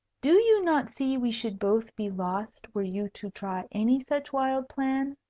do you not see we should both be lost, were you to try any such wild plan?